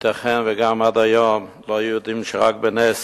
ייתכן גם שעד היום לא היו יודעים שרק בנס